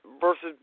versus